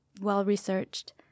well-researched